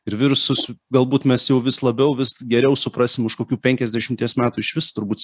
ir virusus galbūt mes jau vis labiau vis geriau suprasim už kokių penkiasdešimties metų išvis turbūt